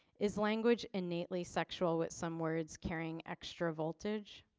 is language innately sexual with some words carrying extra voltage?